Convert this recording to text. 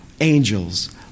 angels